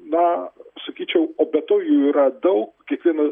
na sakyčiau o be to jų yra daug kiekvieną